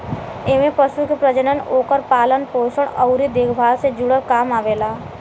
एमे पशु के प्रजनन, ओकर पालन पोषण अउरी देखभाल से जुड़ल काम आवेला